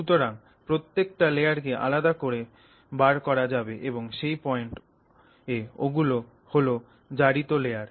সুতরাং প্রত্যেকটা লেয়ার কে আলাদা করে বার করা যাবে এবং সেই পয়েন্টে ওগুলো হল জারিত লেয়ার